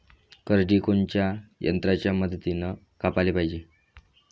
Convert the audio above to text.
करडी कोनच्या यंत्राच्या मदतीनं कापाले पायजे?